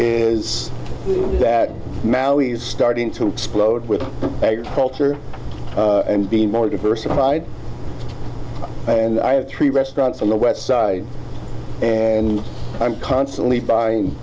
is that now he's starting to explode with agriculture and be more diversified and i have three restaurants on the west side and i'm constantly buying